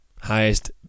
highest